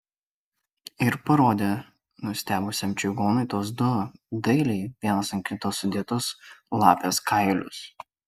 ir parodė nustebusiam čigonui tuos du dailiai vienas ant kito sudėtus lapės kailius